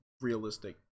realistic